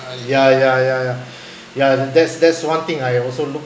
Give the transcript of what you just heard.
ya ya ya ya ya that's that's one thing I also look